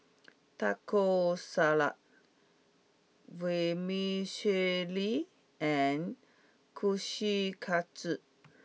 Taco Salad Vermicelli and Kushikatsu